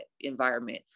environment